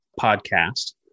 podcast